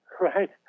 Right